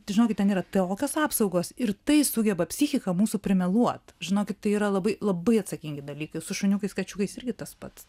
tai žinokit ten yra tokios apsaugos ir tai sugeba psichika mūsų primeluot žinokit tai yra labai labai atsakingi dalykai su šuniukais kačiukais irgi tas pats